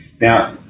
Now